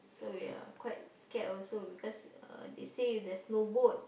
so ya quite scared also because they say there's no boat